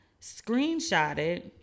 screenshotted